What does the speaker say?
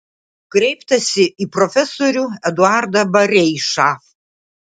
kreiptasi į profesorių eduardą bareišą